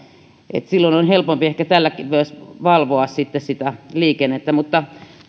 silloin on helpompi ehkä tälläkin myös valvoa sitä liikennettä mutta